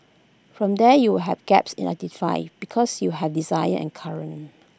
from there you have gaps identified because you have desired and current